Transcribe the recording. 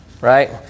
Right